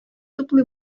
туплый